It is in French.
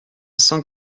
cent